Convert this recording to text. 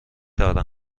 دارم